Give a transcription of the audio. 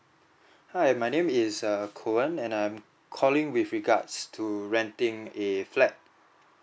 hi my name is a err cowen and I'm calling with regards to renting a flat